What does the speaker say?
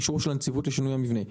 יש אישור של הנציבות לשינוי המבנה.